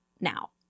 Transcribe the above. now